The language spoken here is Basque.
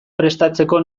prestatzeko